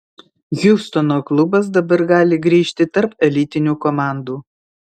hjustono klubas dabar gali grįžti tarp elitinių komandų